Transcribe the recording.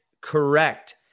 correct